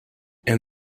and